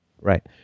Right